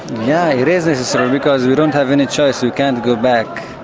yeah it is necessary because we don't have any choice, we can't go back,